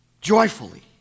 Joyfully